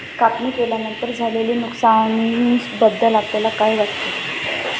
कापणी केल्यानंतर झालेल्या नुकसानीबद्दल आपल्याला काय वाटते?